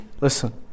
Listen